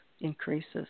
increases